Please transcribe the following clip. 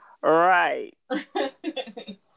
right